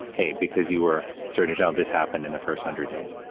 hey, because you were certain about this happened in the first hundred days.